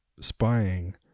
spying